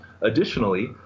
Additionally